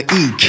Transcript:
eat